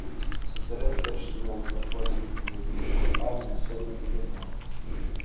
ssrs keršydama už maskvos olimpinių žaidynių boikotavimą jose nedalyvavo